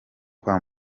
kwa